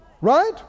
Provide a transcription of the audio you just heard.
Right